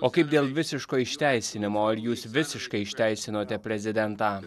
o kaip dėl visiško išteisinimo ar jūs visiškai išteisinote prezidentą